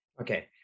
Okay